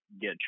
get